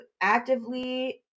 actively